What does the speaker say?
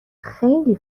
خیلی